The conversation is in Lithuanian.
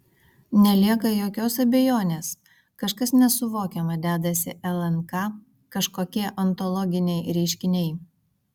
nelieka jokios abejonės kažkas nesuvokiama dedasi lnk kažkokie ontologiniai reiškiniai